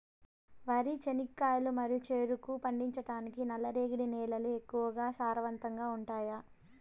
వరి, చెనక్కాయలు మరియు చెరుకు పండించటానికి నల్లరేగడి నేలలు ఎక్కువగా సారవంతంగా ఉంటాయా?